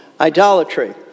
idolatry